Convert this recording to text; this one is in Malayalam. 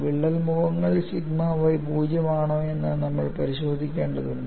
വിള്ളൽ മുഖങ്ങളിൽ സിഗ്മ y 0 ആണോ എന്ന് നമ്മൾ പരിശോധിക്കേണ്ടതുണ്ട്